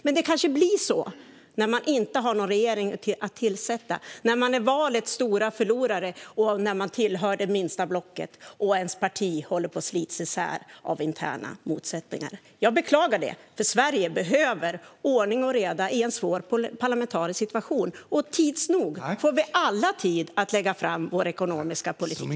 Men det kanske blir så när man inte har någon regering att tillsätta, när man är valets stora förlorare, när man tillhör det minsta blocket och ens parti håller på att slitas isär av interna motsättningar. Jag beklagar detta. Sverige behöver ordning och reda i en svår parlamentarisk situation, och tids nog får vi alla tid att lägga fram vår ekonomiska politik.